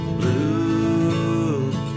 Blue